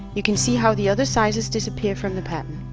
you can see how the other sizes disappear from the pattern.